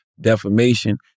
defamation